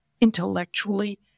intellectually